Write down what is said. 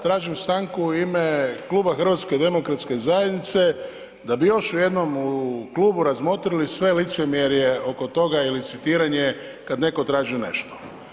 Tražim stanku u ime kluba HDZ-a da bi još jednom u klubu razmotrili sve licemjerje oko toga i licitiranje kad netko traži nešto.